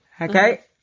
Okay